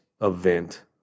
event